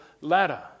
ladder